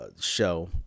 show